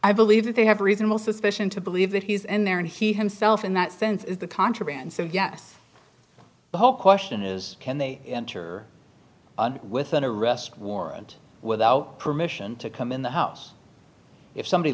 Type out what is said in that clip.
i believe that they have reasonable suspicion to believe that he's in there and he himself in that sense is the contraband so yes whole question is can they enter with an arrest warrant without permission to come in the house if somebody